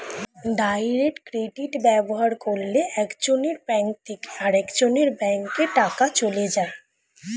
direct credit ব্যবহার করলে একজনের ব্যাঙ্ক থেকে আরেকজনের ব্যাঙ্কে টাকা চলে যায়